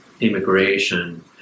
immigration